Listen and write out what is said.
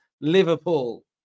Liverpool